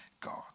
God